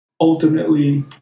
Ultimately